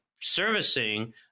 servicing